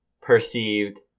perceived